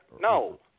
No